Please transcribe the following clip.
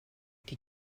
die